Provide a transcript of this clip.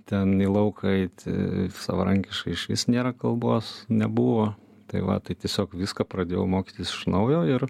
ten į lauką eiti savarankiškai išvis nėra kalbos nebuvo tai va tai tiesiog viską pradėjau mokytis iš naujo ir